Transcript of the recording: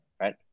right